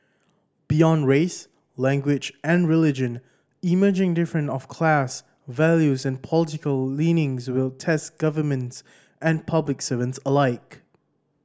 beyond race language and religion emerging different of class values and political leanings will test governments and public servants alike